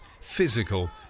physical